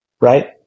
right